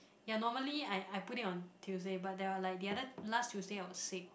ya normally I I put it on Tuesday but there were like the other last Tuesday I was sick